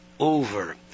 Over